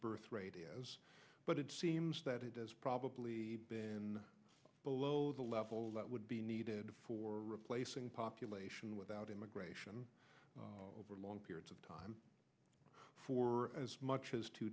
birth rate is but it seems that it has probably been below the level that would be needed for replacing population without immigration over long periods of time for as much as two